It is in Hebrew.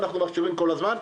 אנחנו מכשירים כל הזמן,